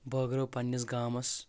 بٲگرٲو پننِس گامس